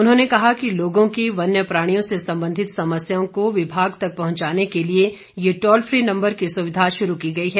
उन्होंने कहा कि लोगों की वन्य प्राणियों से संबंधित समस्याओं को विभाग तक पहुंचाने के लिए ये टॉल फ्री नम्बर की सुविधा शुरू की गई है